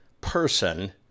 person